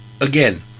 again